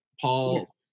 Paul